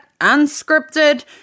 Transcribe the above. unscripted